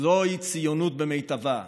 זוהי ציונות במיטבה,